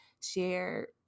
share